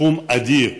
סכום אדיר.